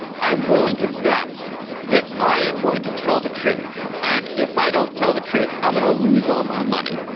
i am willing to bet that i am going to tell the truth, and if i don't tell the truth, i'm going to lose all my money,